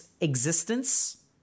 existence